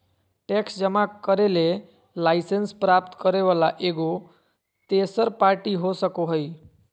tax जमा करे ले लाइसेंस प्राप्त करे वला एगो तेसर पार्टी हो सको हइ